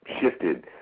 shifted